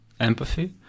empathy